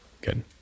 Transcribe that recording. Good